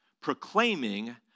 proclaiming